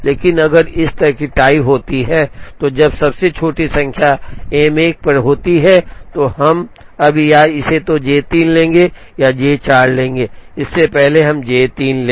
लेकिन अगर इस तरह की एक टाई होती है जब सबसे छोटी संख्या एम 1 पर होती है तो अब हम या तो J 3 लेंगे या J 4 लेंगे इसलिए पहले हमें J 3 लें